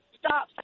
stop